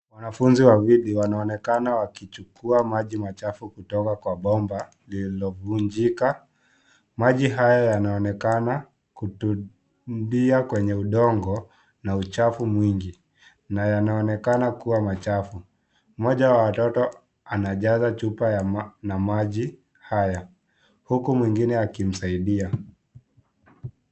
Wanafunzi wawili wanaonekana wakichukua maji machafu kutoka kwa bomba lilovunjika, maji haya yanaonekana kutundia kwenye udongo na uchafu mwingi na yanaonekana kuwa na machafu mmoja wa watoto anajaza chupa na maji haya huku mwingine akimsaidia.